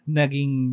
naging